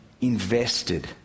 invested